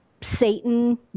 Satan